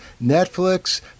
Netflix